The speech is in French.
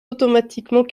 automatiquement